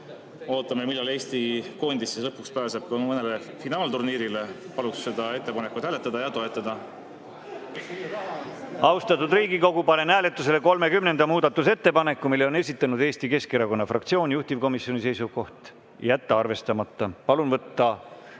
Ootame, millal Eesti koondis lõpuks pääseb ka mõnele finaalturniirile. Paluks seda ettepanekut hääletada ja toetada. Austatud Riigikogu, panen hääletusele 30. muudatusettepaneku. Selle on esitanud Eesti Keskerakonna fraktsioon. Juhtivkomisjoni seisukoht on jätta arvestamata. Palun võtta